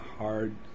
hard